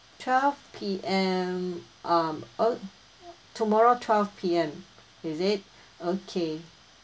twelve P_M um uh tomorrow twelve P_M is it okay